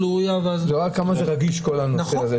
זה מראה כמה רגיש כל הנושא הזה.